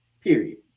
period